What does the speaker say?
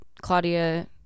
Claudia